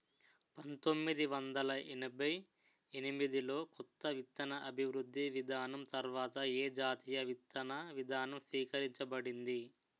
పంతోమ్మిది వందల ఎనభై ఎనిమిది లో కొత్త విత్తన అభివృద్ధి విధానం తర్వాత ఏ జాతీయ విత్తన విధానం స్వీకరించబడింది?